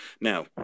now